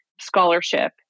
scholarship